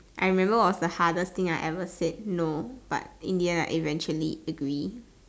I remember what was the hardest thing I ever said no but in the end I eventually agree